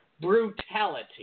brutality